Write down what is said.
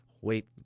Wait